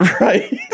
Right